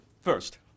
first